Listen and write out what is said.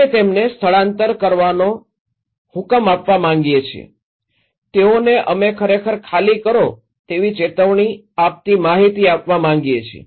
અમે તેમને સ્થળાંતર કરવાનો માટેનો હુકમ આપવા માંગીએ છીએ તેઓને અમે ખરેખર ખાલી કરો તેની ચેતવણી આપતી માહિતી આપવા માંગીયે છીએ